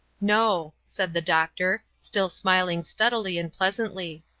no, said the doctor, still smiling steadily and pleasantly,